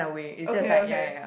okay okay